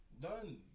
Done